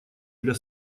для